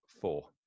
four